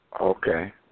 Okay